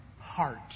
heart